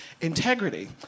integrity